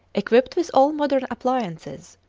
equipped with all modern appliances,